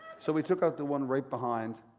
so we took the one right behind